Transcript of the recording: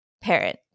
parent